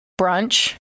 brunch